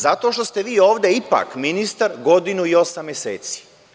Zato što ste vi ovde ipak ministar godinu i osam meseci.